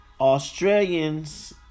Australians